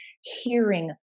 hearing